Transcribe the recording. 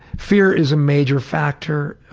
fear is a major factor